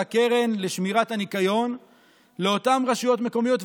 קרן לשמירת הניקיון לאותן רשויות מקומיות.